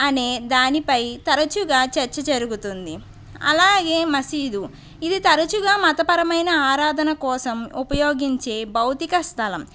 అనే దానిపై తరచుగా చర్చ జరుగుతుంది అలాగే మసీదు ఇది తరచుగా మతపరమైన ఆరాధన కోసం ఉపయోగించే భౌతిక స్థలం